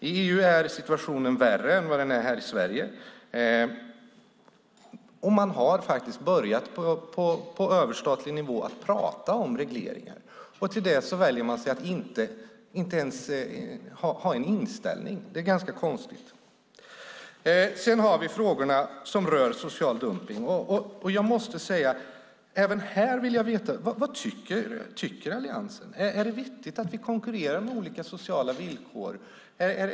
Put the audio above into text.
I EU är situationen värre än i Sverige, men de har börjat att på överstatlig nivå tala om regleringar. Ändå väljer Alliansen att inte ens ha en inställning till det. Det är ganska konstigt. Vi har också frågan om social dumpning. Även här vill jag veta vad Alliansen tycker. Är det vettigt att vi konkurrerar på olika sociala villkor?